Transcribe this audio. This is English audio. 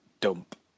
dump